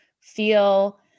feel